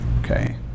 Okay